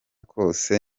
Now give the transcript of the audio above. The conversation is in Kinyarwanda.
kose